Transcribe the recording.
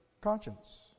conscience